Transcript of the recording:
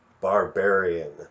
Barbarian